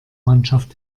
mannschaft